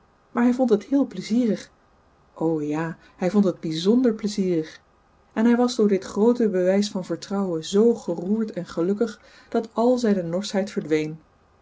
maar hij vond het heel plezierig o ja hij vond het bijzonder plezierig en hij was door dit groote bewijs van vertrouwen zoo geroerd en gelukkig dat al zijne norschheid verdween